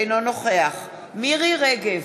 אינו נוכח מירי רגב,